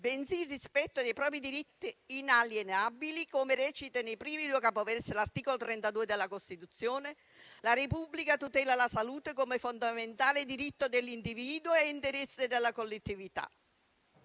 bensì il rispetto dei propri diritti inalienabili. Come recita nei primi due capoversi l'articolo 32 della Costituzione: «la Repubblica tutela la salute come fondamentale diritto dell'individuo e interesse della collettività».